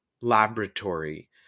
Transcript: laboratory